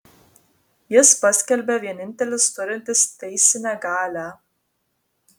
jis paskelbė vienintelis turintis teisinę galią